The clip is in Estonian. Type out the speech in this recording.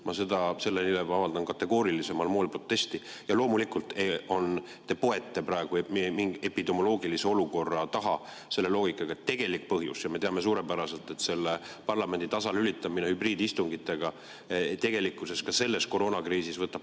Ma selle vastu avaldan kõige kategoorilisemal moel protesti. Loomulikult te poete praegu epidemioloogilise olukorra taha selle loogikaga, aga tegelik põhjus on, me teame suurepäraselt, et parlamendi tasalülitamine hübriidistungitega võtab tegelikkuses ka selles koroonakriisis